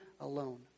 alone